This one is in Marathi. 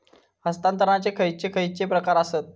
हस्तांतराचे खयचे खयचे प्रकार आसत?